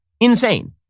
Insane